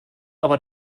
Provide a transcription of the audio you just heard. aber